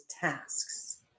tasks